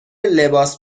لباس